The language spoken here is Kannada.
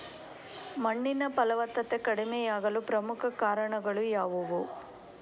ಮಣ್ಣಿನ ಫಲವತ್ತತೆ ಕಡಿಮೆಯಾಗಲು ಪ್ರಮುಖ ಕಾರಣಗಳು ಯಾವುವು?